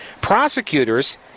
Prosecutors